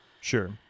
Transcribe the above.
Sure